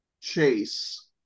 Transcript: chase